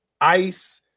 ice